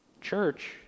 Church